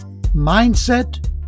mindset